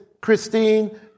Christine